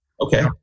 Okay